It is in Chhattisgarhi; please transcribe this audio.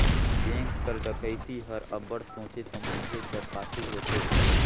बेंक कर डकइती हर अब्बड़ सोंचे समुझे कर पाछू होथे